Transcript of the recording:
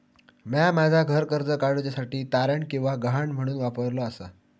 म्या माझा घर कर्ज काडुच्या साठी तारण किंवा गहाण म्हणून वापरलो आसा